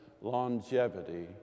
longevity